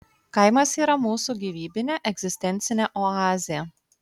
kaimas yra mūsų gyvybinė egzistencinė oazė